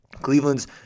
Cleveland's